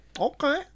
Okay